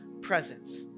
presence